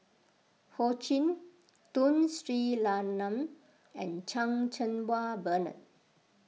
Ho Ching Tun Sri Lanang and Chan Cheng Wah Bernard